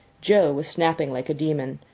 joe was snapping like a demon.